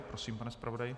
Prosím, pane zpravodaji.